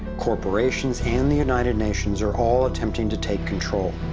corporations, and the united nations are all attempting to take control.